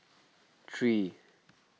three